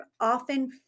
often